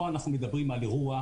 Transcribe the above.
ופה אנחנו מדברים על אירוע,